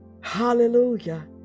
Hallelujah